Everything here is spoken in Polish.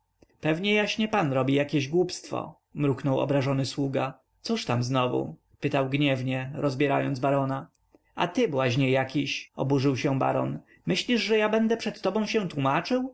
pewnie jaśnie pan robi jakieś głupstwo mruknął obrażony sługa cóż tam znowu pytał gniewnie rozbierając barona a ty błaźnie jakiś oburzył się baron myślisz że ja będę się przed tobą tłomaczył